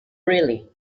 really